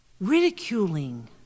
ridiculing